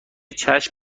چشم